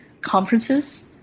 conferences